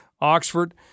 Oxford